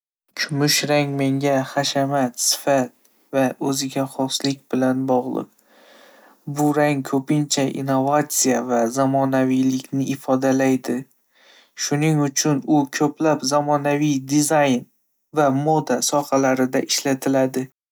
Kumush rang menga hashamat, sifat va o'ziga xoslik bilan bog'liq. Bu rang ko'pincha innovatsiya va zamonaviylikni ifodalaydi, shuning uchun u ko'plab zamonaviy dizayn va moda sohalarida ishlatila.